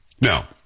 Now